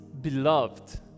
beloved